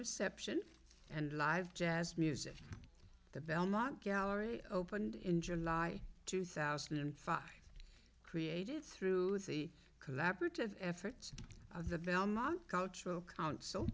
reception and live jazz music the belmont gallery opened in july two thousand and five created through the collaborative efforts of the belmont cultural coun